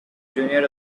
junior